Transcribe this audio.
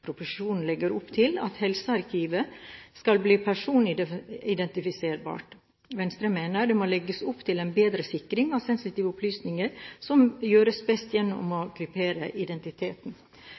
Proposisjonen legger opp til at helsearkivet skal bli personidentifiserbart. Venstre mener det må legges opp til en bedre sikring av sensitive opplysninger, noe som gjøres best gjennom å kryptere identiteten.